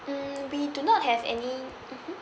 mm we do not have any mmhmm